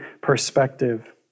perspective